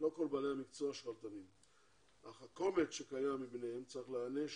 שלא כל בעלי המקצוע שרלטנים אך הקומץ שקיים מביניהם צריך להיענש